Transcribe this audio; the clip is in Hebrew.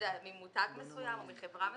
מותג מסוים או מחברה מסוימת.